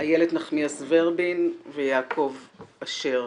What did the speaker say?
איילת נחמיאס ורבין ויעקב אשר.